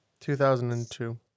2002